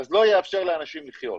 אז זה לא יאפשר לאנשים לחיות,